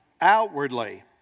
Outwardly